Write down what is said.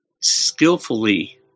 skillfully